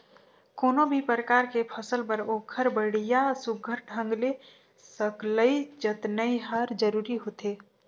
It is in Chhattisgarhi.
कोनो भी परकार के फसल बर ओखर बड़िया सुग्घर ढंग ले सकलई जतनई हर जरूरी होथे